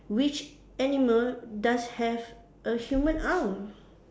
which animal does have a human arm